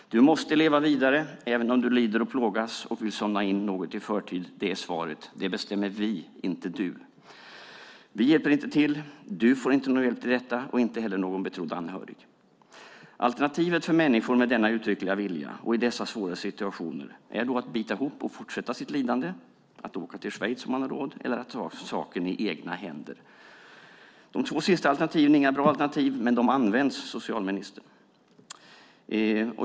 Du måste leva vidare även om du lider och plågas och vill somna in något i förtid. Det bestämmer vi, inte du. Vi hjälper inte till. Du får ingen hjälp till detta, och det får inte heller någon betrodd anhörig. Alternativen för människor med denna uttryckliga vilja i dessa svåra situationer är att bita ihop och fortsätta sitt lidande, att åka till exempelvis Schweiz - om man har råd - eller att ta saken i egna händer. De två sista alternativen är inga bra alternativ, men de används, socialministern.